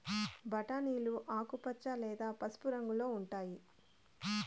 బఠానీలు ఆకుపచ్చ లేదా పసుపు రంగులో ఉంటాయి